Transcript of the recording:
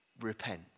Repent